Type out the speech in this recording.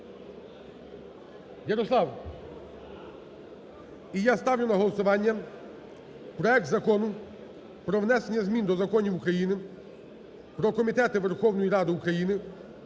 Ярослав. І я ставлю на голосування проект Закону про внесення змін до законів України "Про комітети Верховної Ради України"